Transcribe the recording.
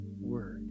word